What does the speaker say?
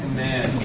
Amen